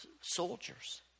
soldiers